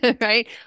right